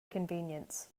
convenience